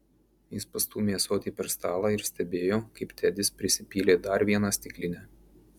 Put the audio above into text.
jis pastūmė ąsotį per stalą ir stebėjo kaip tedis prisipylė dar vieną stiklinę